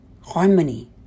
harmony